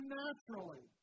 naturally